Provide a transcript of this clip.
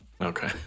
Okay